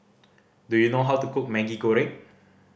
do you know how to cook Maggi Goreng